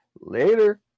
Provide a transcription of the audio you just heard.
Later